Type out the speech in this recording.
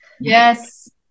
yes